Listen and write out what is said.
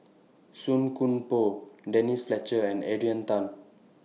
Song Koon Poh Denise Fletcher and Adrian Tan